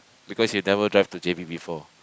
because you never drive to J_B before